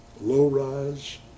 low-rise